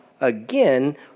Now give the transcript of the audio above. again